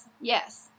Yes